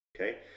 Okay